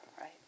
right